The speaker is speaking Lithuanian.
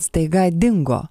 staiga dingo